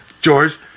George